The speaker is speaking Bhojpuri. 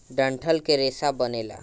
डंठल के रेसा बनेला